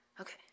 Okay